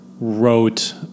wrote